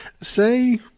Say